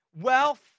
Wealth